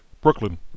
Brooklyn